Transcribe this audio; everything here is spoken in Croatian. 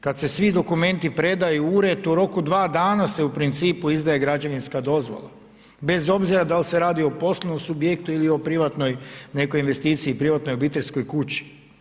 Kada se svi dokumenti predaju u ured, u roku dva dana se u principu izdaje građevinska dozvola bez obzira da li se radi o poslovnom subjektu ili o privatnoj nekoj investiciji, privatnoj obiteljskoj kući.